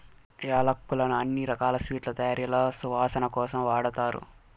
యాలక్కులను అన్ని రకాల స్వీట్ల తయారీలో సువాసన కోసం వాడతారు